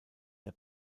der